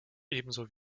ebenso